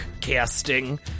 casting